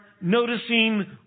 noticing